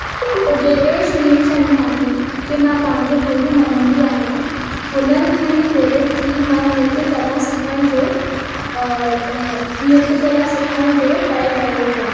देवेश मिरचंदानी खे मां पंहिंजो गुरू मञंदी आहियां हुननि खां ई प्रेरित थी मां नृत्य कला सिखण जो नृत्य कला सिखण जो तय कयो हुओ